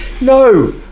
No